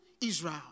Israel